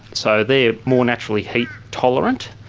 so they are more naturally heat tolerant,